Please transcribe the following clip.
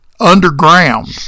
Underground